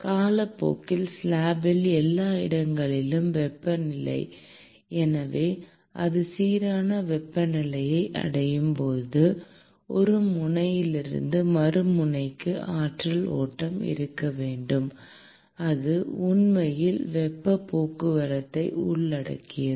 காலப்போக்கில் ஸ்லாப்பில் எல்லா இடங்களிலும் வெப்பநிலை எனவே அது சீரான வெப்பநிலையை அடையும் போது ஒரு முனையிலிருந்து மறுமுனைக்கு ஆற்றல் ஓட்டம் இருக்க வேண்டும் அது உண்மையில் வெப்பப் போக்குவரத்தை உள்ளடக்கியது